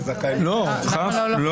לא.